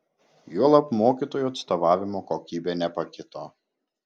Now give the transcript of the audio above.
juolab mokytojų atstovavimo kokybė nepakito